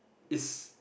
is